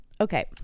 Okay